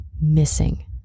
missing